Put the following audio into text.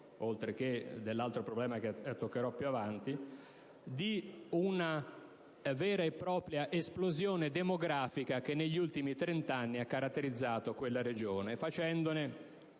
oltre che di un altro problema che toccherò più avanti, di una vera e propria esplosione demografica che negli ultimi trent'anni ha caratterizzato quella regione, facendone